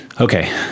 Okay